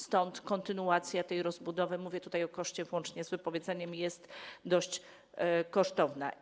Stąd kontynuacja tej rozbudowy, mówię tutaj o koszcie łącznie z wypowiedzeniem, jest dość kosztowna.